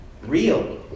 real